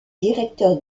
directeur